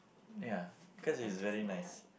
ya cause it's very nice